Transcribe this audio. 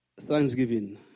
thanksgiving